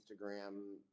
instagram